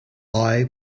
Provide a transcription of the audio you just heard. eye